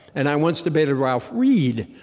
and i once debated ralph reed,